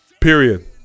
Period